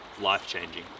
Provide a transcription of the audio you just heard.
life-changing